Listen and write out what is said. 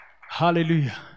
Hallelujah